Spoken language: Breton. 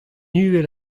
uhel